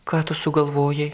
ką tu sugalvojai